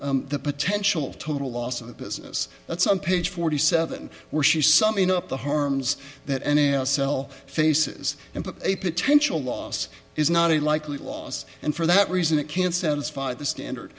about the potential total loss of the business that's on page forty seven where she's summing up the harms that n a s l faces and a potential loss is not a likely loss and for that reason it can't satisfy the standard